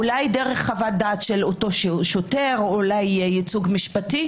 אולי דרך חוות דעת של אותו שוטר או ייצוג משפטי